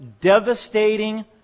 devastating